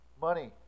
money